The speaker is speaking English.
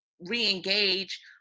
re-engage